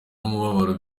n’umubabaro